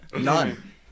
None